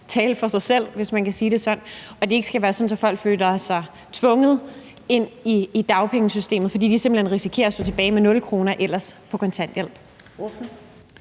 tale for sig selv, hvis man kan sige det sådan, og at det ikke skal være sådan, at folk føler sig tvunget ind i dagpengesystemet, fordi de ellers simpelt hen risikerer at stå tilbage med 0 kr. på kontanthjælp?